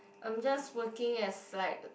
I'm just working as like